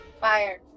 Fire